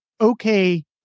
okay